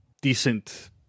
decent